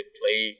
play